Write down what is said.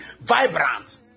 vibrant